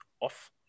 off